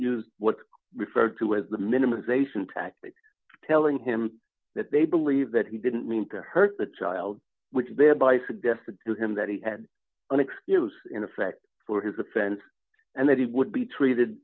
used what's referred to as the minimisation tactic telling him that they believe that he didn't mean to hurt the child which thereby suggested to him that he had an excuse in effect for his offense and that he would be treated